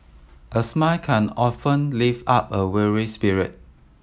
a smile can often lift up a weary spirit